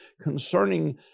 concerning